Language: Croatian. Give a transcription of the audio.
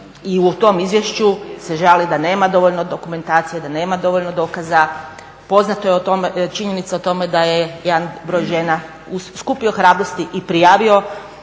i u tom izvješću se žali da nema dovoljno dokumentacije, da nema dovoljno dokaza. Poznata je činjenica o tome da je jedan broj žena skupo hrabrosti i prijavio